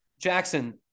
Jackson